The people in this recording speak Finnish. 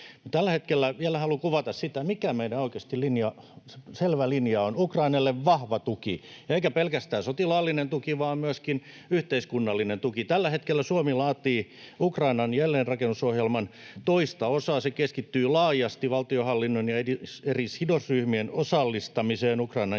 Tällä hetkellä vielä haluan kuvata sitä, mikä meidän selvä linja oikeasti on: Ukrainalle vahva tuki, eikä pelkästään sotilaallinen tuki, vaan myöskin yhteiskunnallinen tuki. Tällä hetkellä Suomi laatii Ukrainan jälleenrakennusohjelman toista osaa. Se keskittyy laajasti valtionhallinnon ja eri sidosryhmien osallistamiseen Ukrainan jälleenrakentamiseen